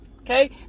Okay